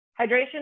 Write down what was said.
hydration